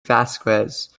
vasquez